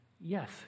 yes